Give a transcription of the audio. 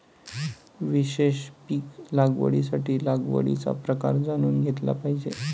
विशेष पीक लागवडीसाठी लागवडीचा प्रकार जाणून घेतला पाहिजे